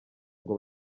ngo